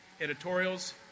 editorials